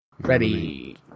Ready